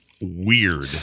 weird